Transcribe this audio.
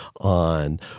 on